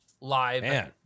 live